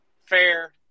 fair